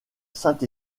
saint